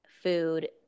food